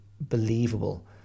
believable